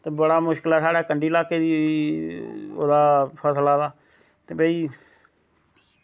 ते बड़ा मुश्कल ऐ साढ़ै कंढी ल्हाके दा ओह्दा फसला दा ते भाई